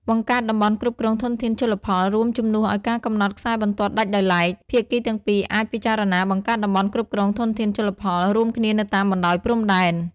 បង្កើតតំបន់គ្រប់គ្រងធនធានជលផលរួមជំនួសឱ្យការកំណត់ខ្សែបន្ទាត់ដាច់ដោយឡែក ភាគីទាំងពីរអាចពិចារណាបង្កើតតំបន់គ្រប់គ្រងធនធានជលផលរួមគ្នានៅតាមបណ្តោយព្រំដែន។